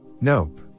Nope